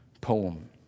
poem